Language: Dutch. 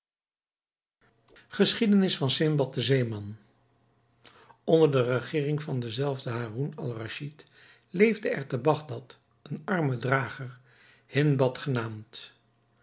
geschiedenis van sindbad den zeeman onder de regering van denzelfden haroun-al-raschid leefde er te bagdad een arme drager hindbad genaamd